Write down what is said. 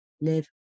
Live